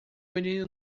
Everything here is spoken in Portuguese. menino